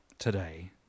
Today